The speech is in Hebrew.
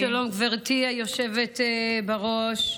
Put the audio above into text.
שלום, גברתי היושבת בראש.